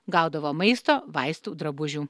gaudavo maisto vaistų drabužių